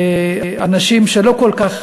בקרב אנשים שלא כל כך